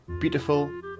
Beautiful